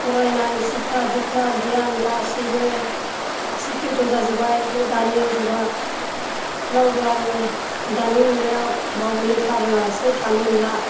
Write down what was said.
फरायनाय सिक्का डिक्का गियान गासैबो सिखिथ जाजोब्बाय बे दानि जुगआ रावबो आरो दानि मुगायाव रावबो लेखा रोङा लासिनो थानो मोनला